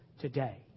today